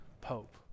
pope